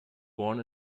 born